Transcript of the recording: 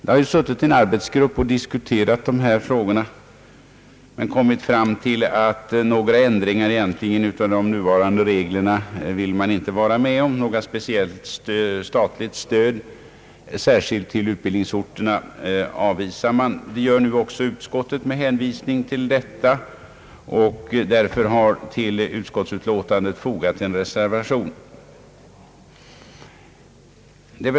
En arbetsgrupp har diskuterat dessa frågor och kommit fram till att den inte vill vara med om ändringar i de nuvarande reglerna. Tanken på ett speciellt statligt stöd till utbildningsorterna avvisas av gruppen och nu även av utskottet, och därför har till utskottets utlåtande fogats en reservation.